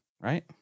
Right